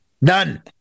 None